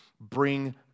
bring